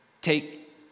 take